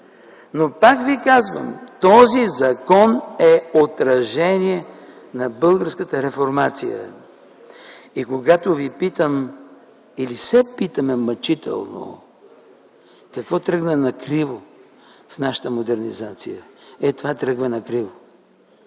но пак ви казвам: този закон е отражение на българската реформация. И когато Ви питам или се питаме мъчително: какво тръгна накриво в нашата модернизация, това тръгна накриво,